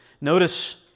Notice